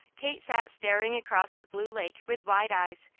kate sat staring across the blue lake with wide eyes,